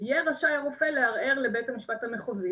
יהיה רשאי הרופא לערער לבית המשפט המחוזי